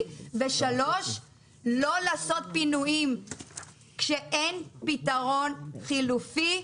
ושלוש לא לעשות פינויים כשאין פתרון חלופי,